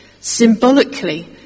symbolically